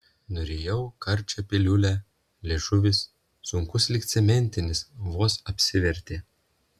nurijau karčią piliulę liežuvis sunkus lyg cementinis vos apsivertė